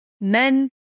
men